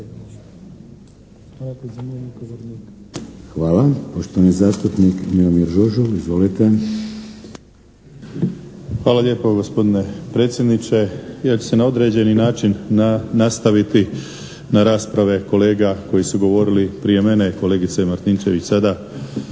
Hvala. Poštovani zastupnik Miomir Žužul. Izvolite. **Žužul, Miomir (HDZ)** Hvala lijepo, gospodine predsjedniče. Ja ću se na određeni način nastaviti na rasprave kolega koji su govorili prije mene i kolegice Martinčević sada.